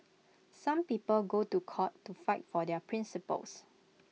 some people go to court to fight for their principles